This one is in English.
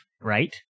right